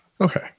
okay